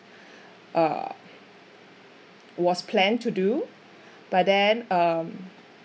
uh was planned to do but then um